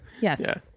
Yes